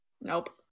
Nope